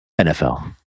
NFL